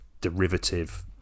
derivative